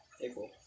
April